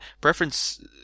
Preference